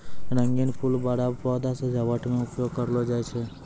रंगीन फूल बड़ा पौधा सजावट मे उपयोग करलो जाय छै